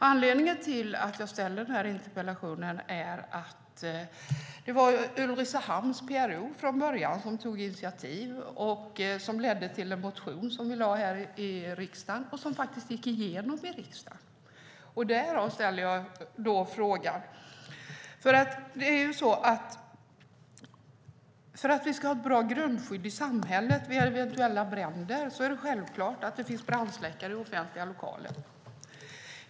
Anledningen till att jag ställde interpellationen var från början Ulricehamn PRO:s initiativ i frågan, som senare ledde till att vi väckte en motion i riksdagen - som faktiskt gick igenom i riksdagen. För att vi ska ha ett bra grundskydd i samhället vid eventuella bränder är det självklart att det finns brandsläckare i offentliga lokaler.